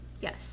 Yes